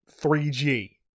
3G